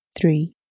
Three